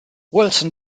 wilson